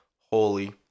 holy